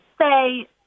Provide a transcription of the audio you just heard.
say